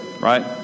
right